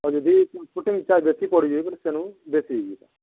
ଆଉ ଯଦି ଟ୍ରାନ୍ସପୋଟିଙ୍ଗଟା ବେଶୀ ପଡ଼ିଯିବ ବୋଲେ ତେଣୁ ବେଶୀ ହୋଇଯିବ